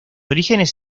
orígenes